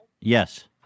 Yes